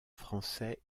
français